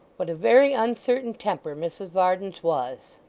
what a very uncertain temper mrs varden's was!